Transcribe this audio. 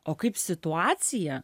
o kaip situacija